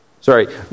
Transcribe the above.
sorry